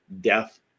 death